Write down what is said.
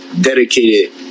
dedicated